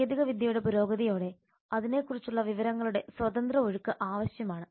സാങ്കേതികവിദ്യയുടെ പുരോഗതിയോടെ അതിനെക്കുറിച്ചുള്ള വിവരങ്ങളുടെ സ്വതന്ത്ര ഒഴുക്ക് ആവശ്യമാണ്